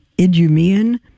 Idumean